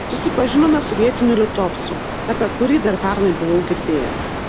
susipažinome su vietiniu litovcu apie kurį dar pernai buvau girdėjęs